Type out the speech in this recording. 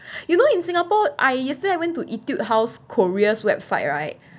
you know in singapore I yesterday I went to Etude House korea's website right